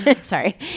sorry